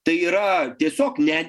tai yra tiesiog net